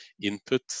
input